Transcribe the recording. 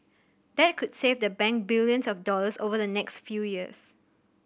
that could save the bank billions of dollars over the next few years